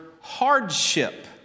hardship